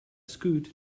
scoot